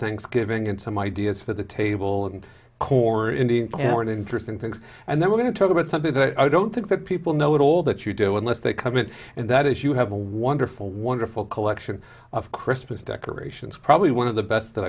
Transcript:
thanksgiving and some ideas for the table and core in the morning interesting things and then we're going to talk about something that i don't think that people know it all that you do unless they come in and that is you have a wonderful wonderful collection of christmas decorations probably one of the best that